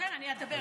כן, אני אדבר.